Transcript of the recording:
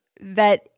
That-